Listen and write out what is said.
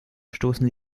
stoßen